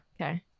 Okay